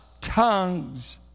tongues